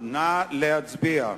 נא להצביע.